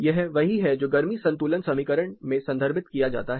यह वही है जो गर्मी संतुलन समीकरण में संदर्भित किया जाता है